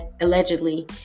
allegedly